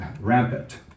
rampant